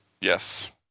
Yes